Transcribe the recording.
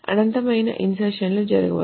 అనంతమైన ఇన్సర్షన్ లు జరగవచ్చు